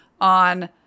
on